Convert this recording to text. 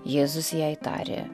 jėzus jai tarė